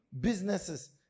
businesses